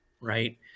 right